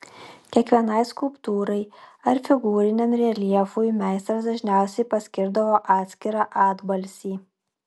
kiekvienai skulptūrai ar figūriniam reljefui meistras dažniausiai paskirdavo atskirą atbalsį